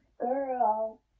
girl